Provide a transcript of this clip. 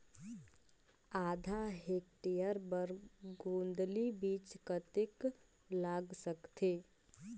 आधा हेक्टेयर बर गोंदली बीच कतेक लाग सकथे?